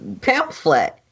pamphlet